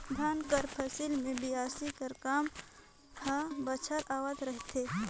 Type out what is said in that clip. धान कर फसिल मे बियासी कर काम हर बछर आवत रहथे